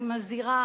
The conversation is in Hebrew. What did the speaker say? אני מזהירה,